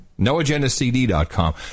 NoagendaCD.com